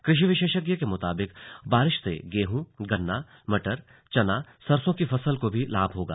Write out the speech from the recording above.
कृषि विशेषज्ञ के मुताबिक बारिश से गेहूं गन्ना मटर सरसोंचना सरसों की फसल को लाभ होगा